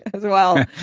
as well.